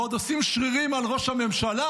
ועוד עושים שרירים על ראש הממשלה,